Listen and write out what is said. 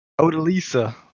Odalisa